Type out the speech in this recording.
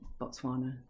Botswana